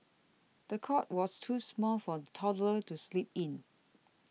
the cot was too small for the toddler to sleep in